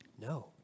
No